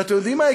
ואתם יודעים מה?